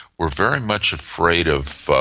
were very much afraid of